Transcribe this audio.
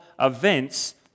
events